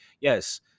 yes